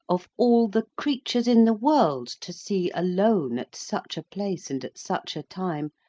of all the creatures in the world to see alone at such a place and at such a time,